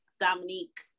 Dominique